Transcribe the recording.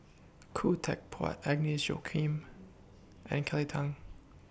Khoo Teck Puat Agnes Joaquim and Kelly Tang